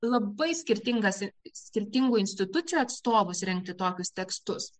labai skirtingas skirtingų institucijų atstovus rengkti tokius tekstus